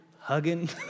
hugging